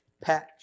patch